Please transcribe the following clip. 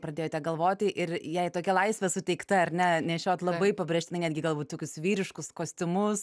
pradėjote galvoti ir jai tokia laisvė suteikta ar ne nešiot labai pabrėžtinai netgi galbūt tokius vyriškus kostiumus